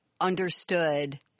understood